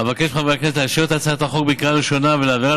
אבקש מחברי הכנסת לאשר את הצעת החוק בקריאה ראשונה ולהעבירה